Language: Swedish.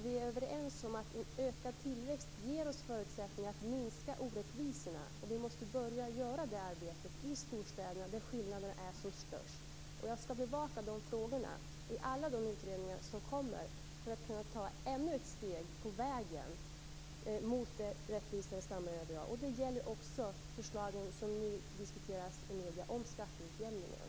Vi är överens om att en ökad tillväxt ger oss förutsättningar att minska orättvisorna, och vi måste påbörja det arbetet i storstäderna, där skillnaderna är som störst. Jag skall bevaka dessa frågor i alla de utredningar som kommer för att kunna ta ännu ett steg på vägen mot ett rättvisare samhälle än det vi har. Det gäller också förslagen som nu diskuteras i medierna om skatteutjämningen.